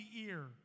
ear